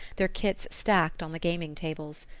their kits stacked on the gaming tables.